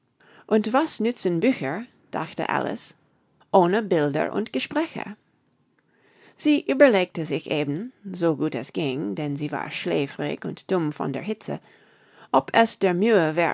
und was nützen bücher dachte alice ohne bilder und gespräche sie überlegte sich eben so gut es ging denn sie war schläfrig und dumm von der hitze ob es der mühe